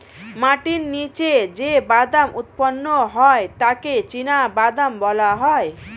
মাটির নিচে যে বাদাম উৎপন্ন হয় তাকে চিনাবাদাম বলা হয়